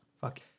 Fuck